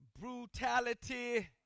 brutality